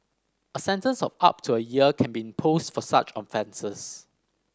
a sentence of up to a year can be imposed for such offences